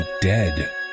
dead